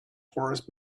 horse